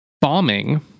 bombing